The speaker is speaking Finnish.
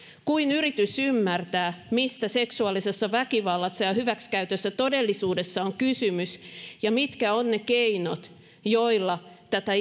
kuin yritys ymmärtää mistä seksuaalisessa väkivallassa ja hyväksikäytössä todellisuudessa on kysymys ja mitkä ovat ne keinot joilla tätä